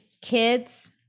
kids